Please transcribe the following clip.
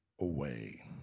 away